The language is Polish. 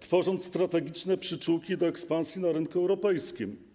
tworząc strategiczne przyczółki do ekspansji na rynku europejskim.